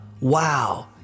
wow